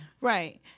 Right